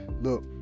look